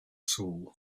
soul